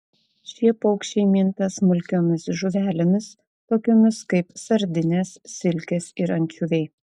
šie paukščiai minta smulkiomis žuvelėmis tokiomis kaip sardinės silkės ir ančiuviai